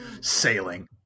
Sailing